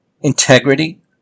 integrity